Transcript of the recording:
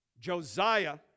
Josiah